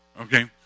Okay